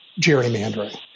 gerrymandering